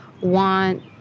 want